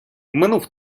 минув